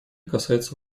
касается